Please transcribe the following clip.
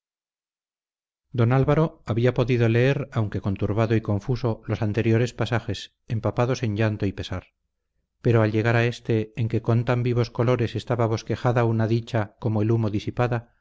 don álvaro había podido leer aunque conturbado y confuso los anteriores pasajes empapados en llanto y pesar pero al llegar a éste en que con tan vivos colores estaba bosquejada una dicha como el humo disipada